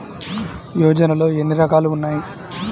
యోజనలో ఏన్ని రకాలు ఉన్నాయి?